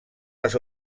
les